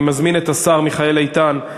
אני מזמין את השר מיכאל איתן,